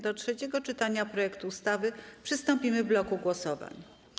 Do trzeciego czytania projektu ustawy przystąpimy w bloku głosowań.